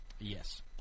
Yes